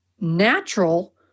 natural